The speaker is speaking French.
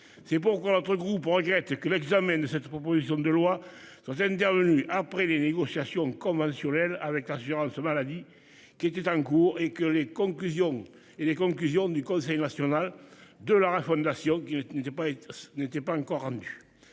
C'est pourquoi notre groupe regrette que l'examen de cette proposition de loi sur intervenue après les négociations conventionnelles avec l'assurance-, maladie qui était en cours et que les conclusions et les conclusions du Conseil national de la refondation qui n'était pas n'était pas encore rendu.